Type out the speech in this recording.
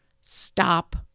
Stop